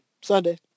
Sunday